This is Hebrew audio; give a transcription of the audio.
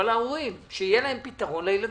אבל ההורים, שיהיה להם פתרון לילדים.